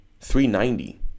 390